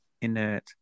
inert